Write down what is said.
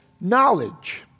knowledge